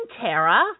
Tara